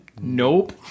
Nope